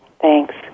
Thanks